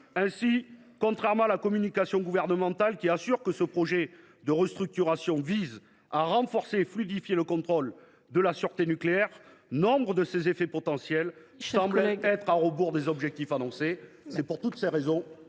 Ainsi, contrairement à la communication gouvernementale, qui assure que ce projet de restructuration vise à renforcer et fluidifier le contrôle de la sûreté nucléaire, nombre des effets potentiels du texte semblent nous éloigner des objectifs annoncés. Pour toutes ces raisons,